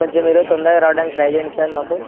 కొంచెం ఈ రోజు తొందరగా రావడానికి ట్రై చేయండి సార్ మాకు